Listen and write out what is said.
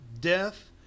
death